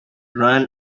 ran